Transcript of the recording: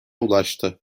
ulaştı